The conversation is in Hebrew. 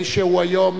מי שהוא היום,